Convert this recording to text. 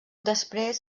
després